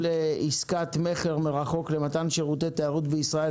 עסקת מכר מרחוק למתן שירותי תיירות בישראל),